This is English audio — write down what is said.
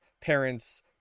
parents